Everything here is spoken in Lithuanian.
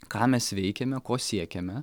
ką mes veikiame ko siekiame